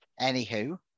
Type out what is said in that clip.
Anywho